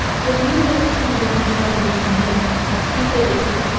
with the usual exclusion-imagination known as stupidity,